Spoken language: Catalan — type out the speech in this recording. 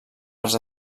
arts